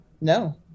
No